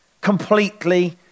completely